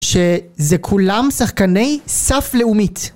שזה כולם שחקני סף לאומית.